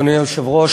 אדוני היושב-ראש,